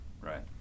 right